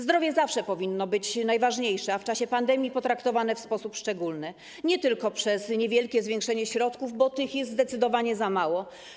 Zdrowie zawsze powinno być najważniejsze, a w czasie pandemii potraktowane w sposób szczególny, nie tylko poprzez niewielkie zwiększenie środków, bo tych jest zdecydowanie za mało.